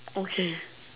okay